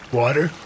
water